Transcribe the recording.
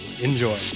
Enjoy